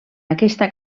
aquesta